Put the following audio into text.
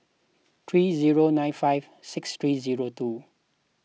three zero nine five six three zero two